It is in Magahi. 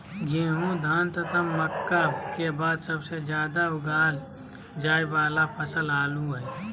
गेहूं, धान तथा मक्का के बाद सबसे ज्यादा उगाल जाय वाला फसल आलू हइ